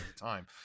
time